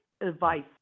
advice